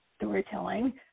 storytelling